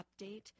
update